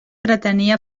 pretenia